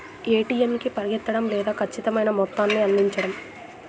ATM కి పరిగెత్తడం లేదా ఖచ్చితమైన మొత్తాన్ని అందించడం